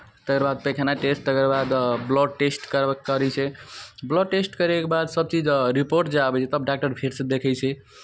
तकर बाद पैखाना टेस्ट तकर बाद ब्लड टेस्ट करब करै छै ब्लड टेस्ट करैके बाद सभचीज रिपोर्ट जे आबै छै तब डॉक्टर फेरसँ देखै छै